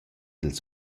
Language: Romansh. ils